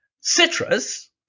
citrus